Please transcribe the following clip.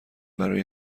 برای